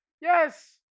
Yes